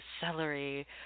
celery